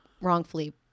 wrongfully